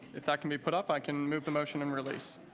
if that can be put up, i can move the motion and release